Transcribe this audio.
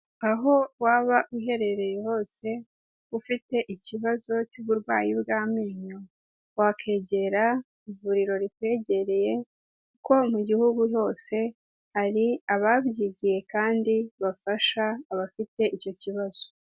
Aho waba uherereye hose, ufite ikibazo cy'uburwayi bw'amenyo, wakegera ivuriro rikwegereye, kuko mu gihugu hose hari ababyigiye kandi bafasha abafite icyo kibazo.